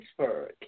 Pittsburgh